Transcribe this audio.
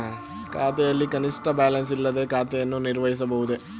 ಖಾತೆಯಲ್ಲಿ ಕನಿಷ್ಠ ಬ್ಯಾಲೆನ್ಸ್ ಇಲ್ಲದೆ ಖಾತೆಯನ್ನು ನಿರ್ವಹಿಸಬಹುದೇ?